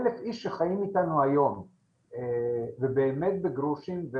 1,000 איש שחיים איתנו היום ובאמת בגרושים.